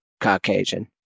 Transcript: Caucasian